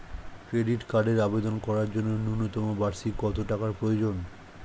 Credit কার্ডের আবেদন করার জন্য ন্যূনতম বার্ষিক কত টাকা প্রয়োজন?